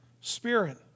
spirit